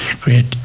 great